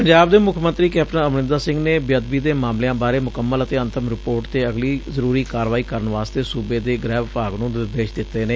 ਪੰਜਾਬ ਦੇ ਮੁੱਖ ਮੰਤਰੀ ਕੈਪਟਨ ਅਮਰਿੰਦਰ ਸਿੰਘ ਨੇ ਬੇਅਦਬੀ ਦੇ ਮਾਮਲਿਆਂ ਬਾਰੇ ਮੁਕੰਮਲ ਅਤੇ ਅੰਤਿਮ ਰਿਪੋਰਟ ਤੇ ਅਗਲੀ ਜ਼ਰੁਰੀ ਕਾਰਵਾਈ ਕਰਨ ਵਾਸਤੇ ਸੁਬੇ ਦੇ ਗੁਹਿ ਵਿਭਾਗ ਨੁੰ ਨਿਰਦੇਸ਼ ਦਿੱਤੇ ਨੇ